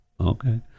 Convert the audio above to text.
okay